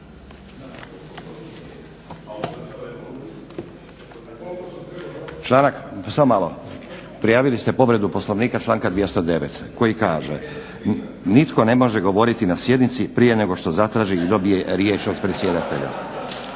Članak, samo malo. Prijavili ste povredu Poslovnika članka 209. koji kaže: "Nitko ne može govoriti na sjednici prije nego što zatraži ili dobije riječ od predsjedatelja."